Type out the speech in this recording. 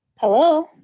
Hello